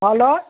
hello